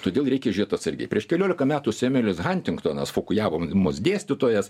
todėl reikia žiūrėt atsargiai prieš kelioliką metų semėlis hantingtonas fukujavomis dėstytojas